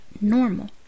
normal